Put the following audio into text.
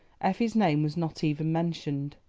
effie's name was not even mentioned.